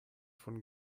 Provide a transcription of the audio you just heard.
von